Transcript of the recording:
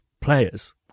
players